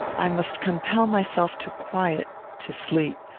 i must compel myself to quiet to sleep.